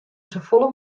safolle